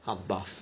他很 buff